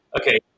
Okay